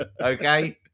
okay